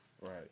Right